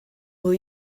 will